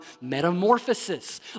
metamorphosis